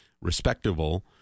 respectable